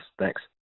thanks